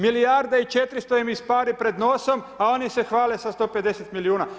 Milijarda i 400 im ispari pred nosom, a oni se h vale sa 150 milijuna.